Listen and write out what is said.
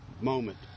moment